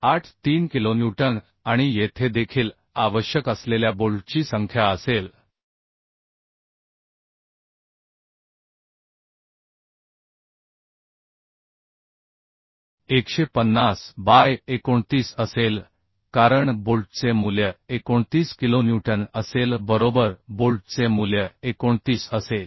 83 kilonewton आणि येथे देखील आवश्यक असलेल्या बोल्टची संख्या असेल 150 बाय 29 असेल कारण बोल्टचे मूल्य 29 किलोन्यूटन असेल बरोबर बोल्टचे मूल्य 29 असेल